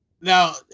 Now